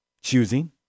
choosing